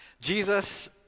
Jesus